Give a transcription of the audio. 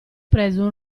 preso